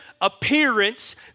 appearance